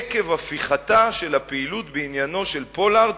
עקב הפיכתה של הפעילות בעניינו של פולארד